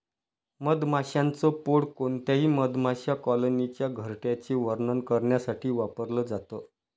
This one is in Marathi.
मधमाशांच पोळ कोणत्याही मधमाशा कॉलनीच्या घरट्याचे वर्णन करण्यासाठी वापरल जात